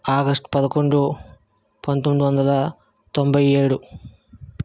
ఆగష్టు పదకొండు పంతొమ్మిది వందల తొంభై ఏడు